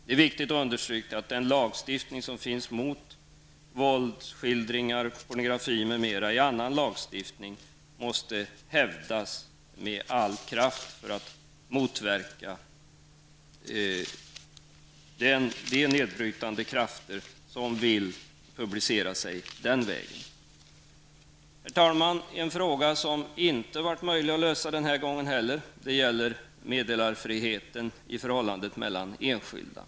Det är viktigt att understryka att den lagstiftning som finns mot våldsskildringar, pornografi m.m. i annan lagstiftning måste hävdas med all kraft för att man skall kunna motverka de nedbrytande krafter som vill publicera sig den vägen. Herr talman! En fråga som inte heller denna gång har kunnat lösas gäller meddelarfriheten i förhållandet mellan enskilda.